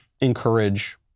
encourage